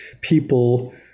people